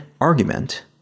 argument